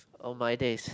on my days